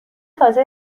تازه